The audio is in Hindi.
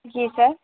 जी सर